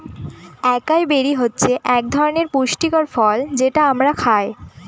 একাই বেরি হচ্ছে এক ধরনের পুষ্টিকর ফল যেটা আমরা খায়